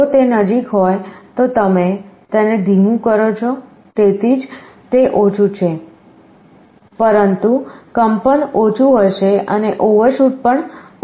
જો તે નજીક હોય તો તમે તેને ધીમું કરો છો તેથી જ તે ઓછું છે પરંતુ કંપન ઓછું હશે અને ઓવરશૂટ પણ ઓછું છે